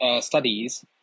studies